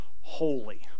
holy